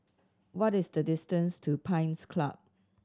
what is the distance to Pines Club